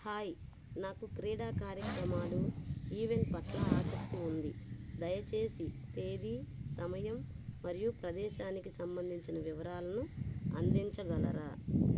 hi నాకు క్రీడా కార్యక్రమాలు ఈవెంట్ పట్ల ఆసక్తి ఉంది దయచేసి తేదీ సమయం మరియు ప్రదేశానికి సంబంధించిన వివరాలను అందించగలరా